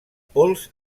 pols